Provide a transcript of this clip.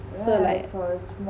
so like